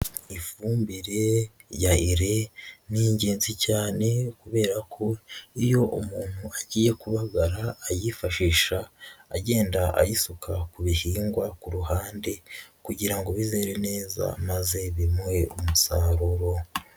Ifumbire ya ire, ni ingenzi cyane kubera ko iyo umuntu agiye kubagara ayifashisha agenda ayisuka ku bihingwa ku ruhande kugira ngo bizere neza maze bimuhe umusaruro.